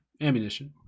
Ammunition